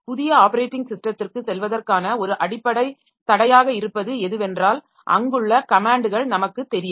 புதிய ஆப்பரேட்டிங் ஸிஸ்டத்திற்கு செல்வதற்கான ஒரு அடிப்படை தடையாக இருப்பது எதுவென்றால் அங்குள்ள கமேன்ட்கள் நமக்குத் தெரியாது